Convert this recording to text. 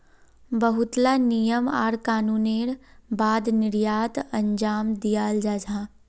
बहुत ला नियम आर कानूनेर बाद निर्यात अंजाम दियाल जाहा